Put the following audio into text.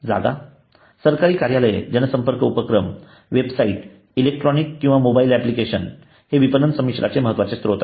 जागा सरकारी कार्यालये जनसंपर्क उपक्रम वेबसाइट्स इलेक्ट्रॉनिक किंवा मोबाइल अप्लिकेशन हे विपणन संमिश्रणाचे महत्त्वाचे स्त्रोत आहेत